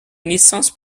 naissances